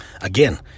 Again